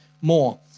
more